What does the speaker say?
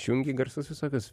išjungi garsus visokius